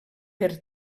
per